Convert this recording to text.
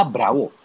Bravo